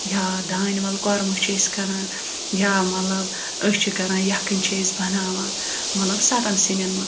یا دانہِ وَل کوٚرمہٕ چھِ أسۍ کَران یا مطلب أسۍ چھِ کَران یَکھٕنۍ چھِ أسۍ بَناوان مطلب سَتَن سِنٮ۪ن منٛز